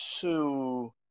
two